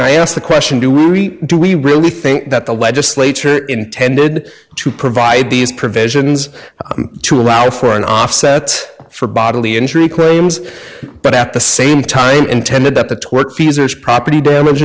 know i asked the question do we do we really think that the legislature intended to provide these provisions to allow for an offset for bodily injury claims but at the same time intended that the tortfeasor property damage